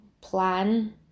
plan